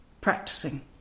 practicing